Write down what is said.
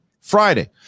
Friday